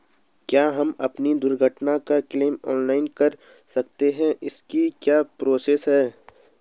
क्या हम अपनी दुर्घटना का क्लेम ऑनलाइन कर सकते हैं इसकी क्या प्रोसेस है?